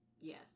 Yes